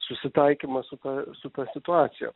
susitaikymą su ta su ta situacija